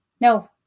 No